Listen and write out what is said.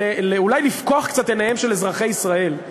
אולי לפקוח קצת את עיניהם של אזרחי ישראל,